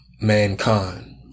mankind